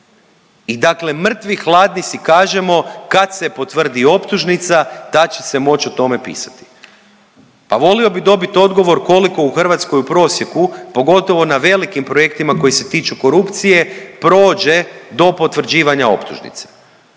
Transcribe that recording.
I dakle mrtvi hladni si kažemo kad se potvrdi optužnica tad će se moći o tome pisati. Pa volio bih dobiti odgovor koliko u Hrvatskoj u prosjeku pogotovo na velikim projektima koji se tiču korupcije prođe do potvrđivanja optužnice.